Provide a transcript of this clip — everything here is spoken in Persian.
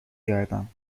گردم